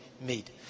made